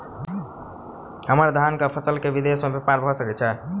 हम्मर धान केँ फसल केँ विदेश मे ब्यपार भऽ सकै छै?